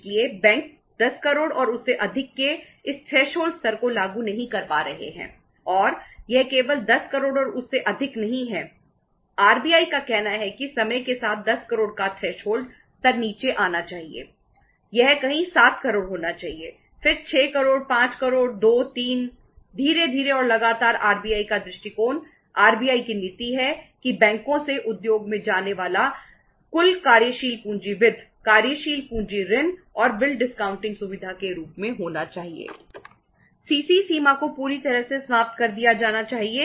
इसलिए बैंक 10 करोड़ और उससे अधिक के इस थ्रेशहोल्ड सुविधा के रूप में होना चाहिए